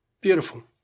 Beautiful